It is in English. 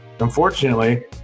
Unfortunately